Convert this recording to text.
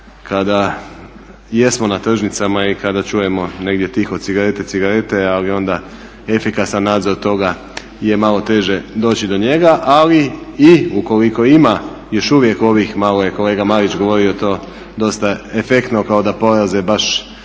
kada jesmo na tržnicama i kada čujemo negdje tiho "cigarete, cigarete" ali onda efikasan nadzor toga je malo teže doći do njega. Ali ukoliko ima još uvijek ovih, malo je kolega Marić govorio to, dosta efektno kao da prolaze baš